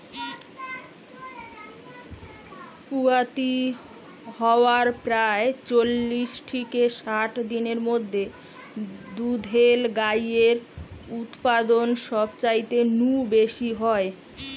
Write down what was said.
পুয়াতি হয়ার প্রায় চল্লিশ থিকে ষাট দিনের মধ্যে দুধেল গাইয়ের উতপাদন সবচাইতে নু বেশি হয়